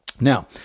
Now